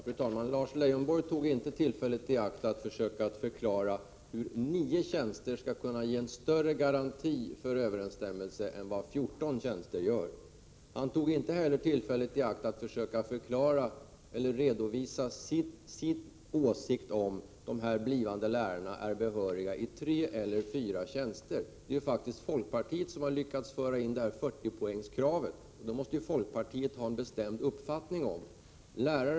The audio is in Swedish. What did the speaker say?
Fru talman! Lars Leijonborg tog inte tillfället i akt att försöka förklara hur 9 tjänster skall kunna ge en större garanti för överensstämmelse än vad 14 tjänster gör. Han tog inte heller tillfället i akt att försöka redovisa sin åsikt om huruvida de här blivande lärarna är behöriga i tre eller fyra ämnen. Det är folkpartiet som har lyckats föra in kravet på 40 poäng, och då måste ju folkpartiet ha en bestämd uppfattning i den här frågan.